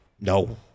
No